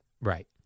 Right